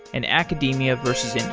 and academia versus